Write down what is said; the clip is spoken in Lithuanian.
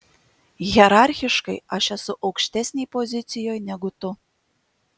hierarchiškai aš esu aukštesnėj pozicijoj negu tu